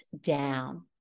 down